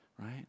Right